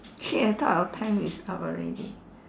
shit I thought our time is up already